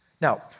Now